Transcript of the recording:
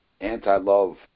anti-love